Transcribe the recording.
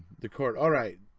the court all right.